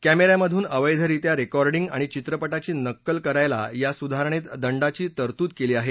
कॅमे यामधून अवैधरित्या रेकाँडिंग आणि चित्रपटाची नक्कल करायला या सुधारणेत दंडाची तरतूद केली आहे